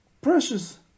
precious